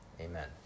Amen